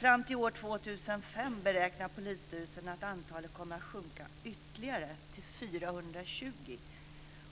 Fram till år 2005 beräknar polisstyrelsen att antalet kommer att sjunka ytterligare till 420,